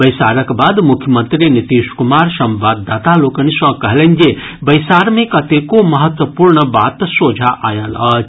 बैसारक बाद मुख्यमंत्री नीतीश कुमार संवाददाता लोकनि सँ कहलनि जे बैसार मे कतेको महत्वपूर्ण बात सोझा आयल अछि